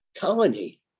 colony